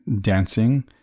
dancing